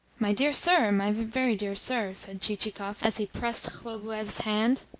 my dear sir, my very dear sir, said chichikov as he pressed khlobuev's hand,